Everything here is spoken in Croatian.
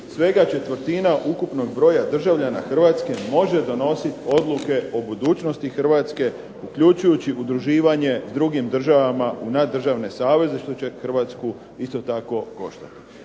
svega četvrtina ukupnog broja državljana Hrvatske može donositi odluke o budućnosti Hrvatske, uključujući udruživanje s drugim državama u naddržavne saveze što će Hrvatsku isto tako koštat.